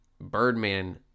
Birdman